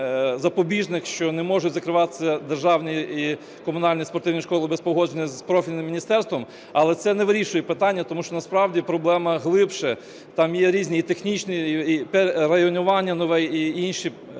що не можуть закриватися державні і комунальні спортивні школи без погодження з профільним міністерством, але це не вирішує питання, тому що насправді проблема глибше, там є різні і технічні, і районування нове, і інші